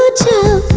ah to